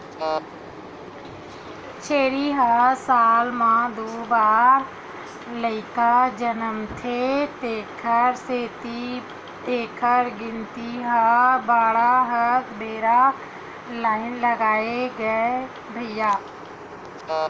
छेरी ह साल म दू बार लइका जनमथे तेखर सेती एखर गिनती ह बाड़हत बेरा नइ लागय गा भइया